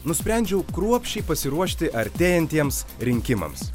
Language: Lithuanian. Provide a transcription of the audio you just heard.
nusprendžiau kruopščiai pasiruošti artėjantiems rinkimams